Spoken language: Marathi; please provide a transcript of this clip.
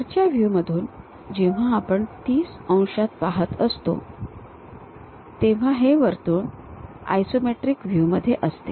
वरच्या व्ह्यू मधून जेव्हा आपण ३० अंशात पाहत असतो तेव्हा हे वर्तुळ आयसोमेट्रिक व्ह्यूमध्ये असते